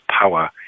power